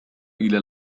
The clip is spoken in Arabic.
إلى